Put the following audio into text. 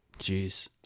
Jeez